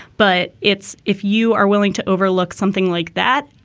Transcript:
but it's if you are willing to overlook something like that,